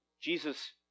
Jesus